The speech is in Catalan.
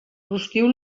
rostiu